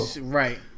Right